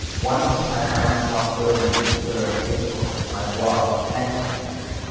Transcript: once i found this possibility to use twitter and facebook and my blog to connect to my readers,